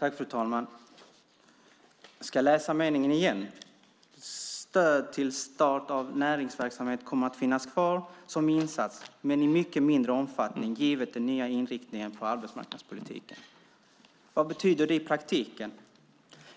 Fru talman! Jag ska läsa meningen igen: "Stöd till start av näringsverksamhet kommer att finnas kvar som insats men i mycket mindre omfattning given den nya inriktningen på arbetsmarknadspolitiken." Vad betyder det i praktiken?